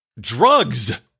drugs